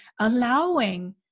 allowing